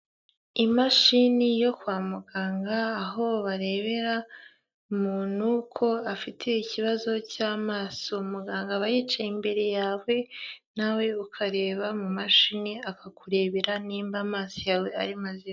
Imashini yo kwa muganga, aho barebera umuntu ko afite ikibazo cy'amaso, muganga aba yicaye imbere yawe, nawe ukareba mu mashini, akakurebera nimba amaso yawe ari mazima.